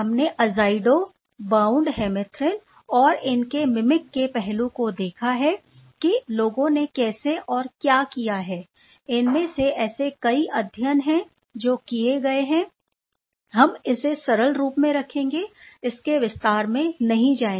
हमने azido bound hemerythrin और इनके मिमिक के पहलू को देखा है कि लोगों ने कैसे और क्या किया है इसमें से ऐसे कई अध्ययन हैं जो किए गए हैं हम इसे सरल रूप में रखेंगे इसके विस्तार में नहीं जाएंगे